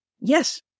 Yes